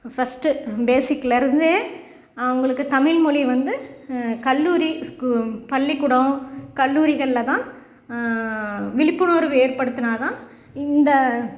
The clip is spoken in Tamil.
ஃபஸ்ட்டு பேசிக்லேருந்தே அவங்களுக்கு தமிழ்மொழி வந்து கல்லூரி ஸ்கூ பள்ளிகூடம் கல்லூரிகளில் தான் விழிப்புணர்வு ஏற்படுத்தினா தான் இந்த